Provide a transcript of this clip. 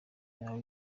yawe